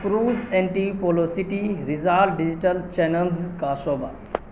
cruise اینٹی پولو سٹی رزال ڈیجیٹل چینلز کا شعبہ